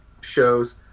shows